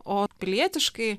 o pilietiškai